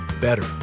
better